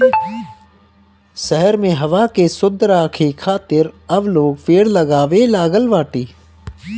शहर में हवा के शुद्ध राखे खातिर अब लोग पेड़ लगावे लागल बाटे